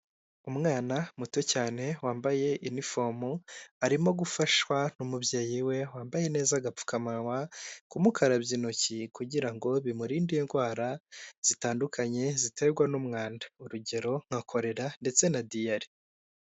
Umwana muto cyane wambaye inifomu, arimo gufashwa n'umubyeyi we wambaye neza agapfukamunwa kumukarabya intoki kugira ngo bimurinde indwara zitandukanye ziterwa n'umwanda, urugero: nka chorera, ndetse na diyare.